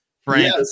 frank